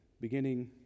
beginning